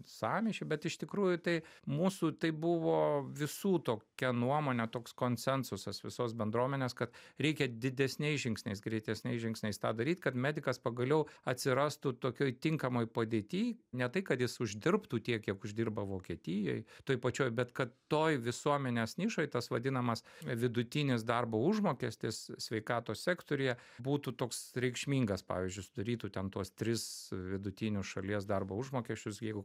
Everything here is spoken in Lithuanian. sąmyšį bet iš tikrųjų tai mūsų tai buvo visų tokia nuomone toks konsensusas visos bendruomenės kad reikia didesniais žingsniais greitesniais žingsniais tą daryt kad medikas pagaliau atsirastų tokioj tinkamoj padėty ne tai kad jis uždirbtų tiek kiek uždirba vokietijoj toj pačioj bet kad toj visuomenės nišoj tas vadinamas vidutinis darbo užmokestis sveikatos sektoriuje būtų toks reikšmingas pavyzdžiui sudarytų ten tuos tris vidutinius šalies darbo užmokesčius jeigu